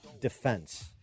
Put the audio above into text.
defense